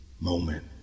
moment